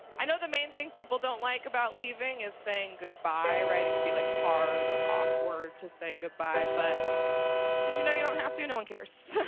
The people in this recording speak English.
i know the main thing people don't like about heaving is saying good-bye, right, it can be like hard or awkward to say good-bye. but do you know you don't have to, no one cares.